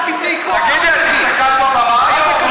תגידי, את הסתכלת במראה היום?